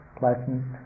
pleasant